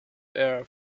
earth